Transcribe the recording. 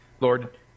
Lord